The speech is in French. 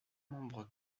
membre